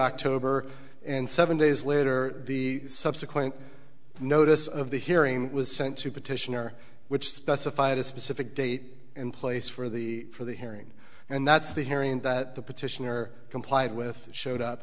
october and seven days later the subsequent notice of the hearing was sent to petitioner which specified a specific date in place for the for the hearing and that's the hearing that the petitioner complied with showed up